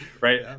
right